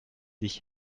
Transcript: sich